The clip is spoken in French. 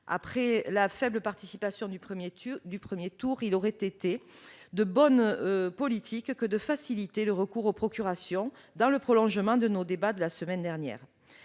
Après la faible participation du premier tour, il aurait été de bonne politique de faciliter le recours aux procurations, dans le prolongement de nos débats de la semaine dernière.